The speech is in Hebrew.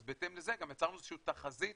אז בהתאם לזה גם יצרנו איזה שהיא תחזית